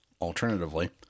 alternatively